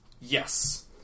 Yes